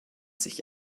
sich